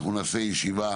אנחנו נעשה ישיבה